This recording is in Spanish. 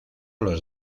los